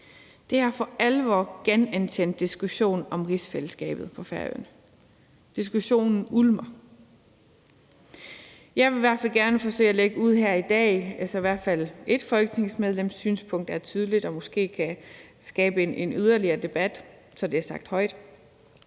Det har for alvor genantændt diskussionen om rigsfællesskabet på Færøerne. Diskussionen ulmer. Jeg vil i hvert fald gerne forsøge at lægge ud her i dag, så i hvert fald ét folketingsmedlems synspunkt er tydeligt og måske kan skabe en yderligere debat, og så det er sagt højt: